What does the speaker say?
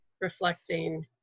reflecting